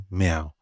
meow